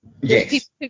Yes